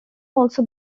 also